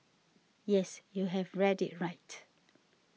yes you have read it right